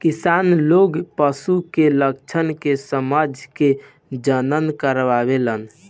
किसान लोग पशु के लक्षण के समझ के प्रजनन करावेलन